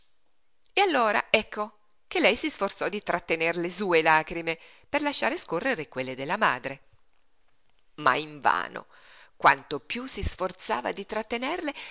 e allora ecco che lei si sforzò di trattener le sue lagrime per lasciare scorrere quelle della madre ma invano quanto piú si sforzava di trattenerle